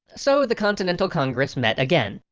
so the continental congress met again.